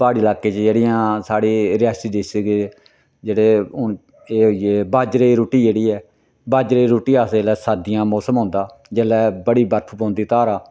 प्हाड़ी लाके च जेह्ड़ियां साढ़े रियासी डिस्ट्रिक च जेह्ड़े हून एह् होई गे बाजरे दी रुट्टी जेह्ड़ी ऐ बाजरे दी रुट्टी अस जेल्लै सर्दियां मौसम औंदा जेल्लै बड़ी बर्फ पौंदी धारा